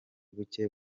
buke